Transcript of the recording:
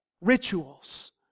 rituals